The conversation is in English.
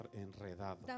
enredado